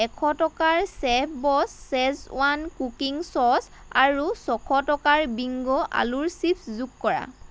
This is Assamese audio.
এশ টকাৰ Chef Boss Schezwan cooking sauce আৰু ছশ টকাৰ বিংগো আলুৰ চিপ্ছ যোগ কৰা